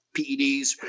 PEDs